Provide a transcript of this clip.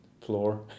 floor